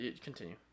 continue